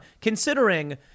Considering